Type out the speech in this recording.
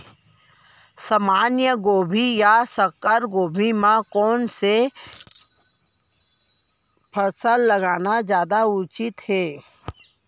सामान्य गोभी या संकर गोभी म से कोन स फसल लगाना जादा उचित हे?